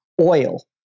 oil